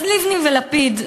אז לבני ולפיד,